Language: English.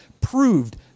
proved